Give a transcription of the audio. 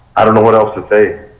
i don't know what else to say.